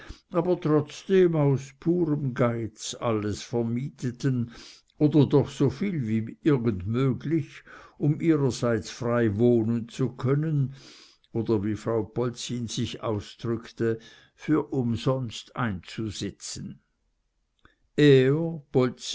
aber trotzdem aus purem geiz alles vermieteten oder doch soviel wie irgend möglich um ihrerseits frei wohnen zu können oder wie frau polzin sich ausdrückte für umsonst einzusitzen er